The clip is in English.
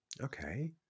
okay